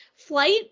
Flight